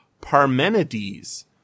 Parmenides